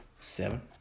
Seven